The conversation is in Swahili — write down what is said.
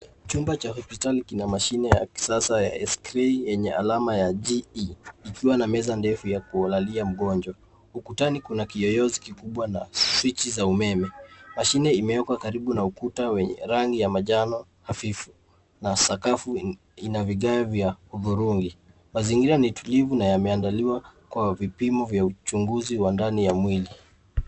Chumba cha hospitali kina mashine ya kisasa ya x-ray yenye alama ya g e ikiwa na meza ndefu ya kulalia mgonjwa. Ukutani kuna kiyoyozi kikubwa na swichi za umeme. Mashine imewekwa karibu na ukuta wenye rangi ya manjano hafifu na sakafu ina vigawa vya kudhurungi. Mazingira ni tulivu na yameandaliwa kwa vipimo vya uchunguzi wa ndani ya mwili.